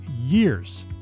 years